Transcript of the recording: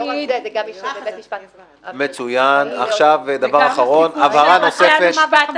כן, ועדת שחרורים מיוחדת